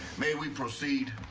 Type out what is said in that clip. may we proceed?